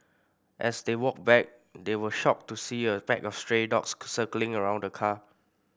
as they walked back they were shocked to see a pack of stray dogs circling around the car